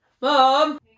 mom